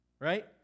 Right